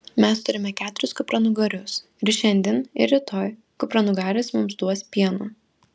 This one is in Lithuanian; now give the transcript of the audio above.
mes turime keturis kupranugarius ir šiandien ir rytoj kupranugarės mums duos pieno